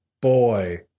boy